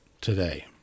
today